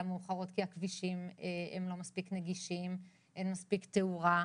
המאוחרות כי הכבישים הם לא מספיק נגישים ואין מספיק תאורה,